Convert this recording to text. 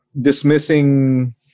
dismissing